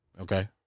Okay